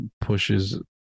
Pushes